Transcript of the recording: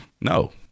No